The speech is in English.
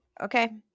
okay